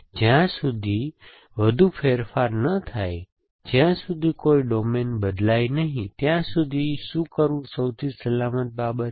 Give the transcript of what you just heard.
જ્યાં સુધી વધુ ફેરફાર ન થાય જ્યાં સુધી કોઈ ડોમેન બદલાય નહીં ત્યાં સુધી શું કરવું સૌથી સલામત બાબત છે